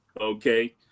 Okay